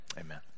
Amen